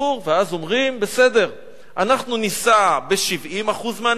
אז אומרים, בסדר, אנחנו נישא ב-70% מהנטל